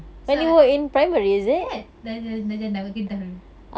so I yes darjah darjah enam kat kedah dulu